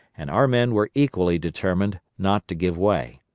and our men were equally determined not to give way.